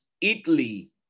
Italy